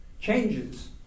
changes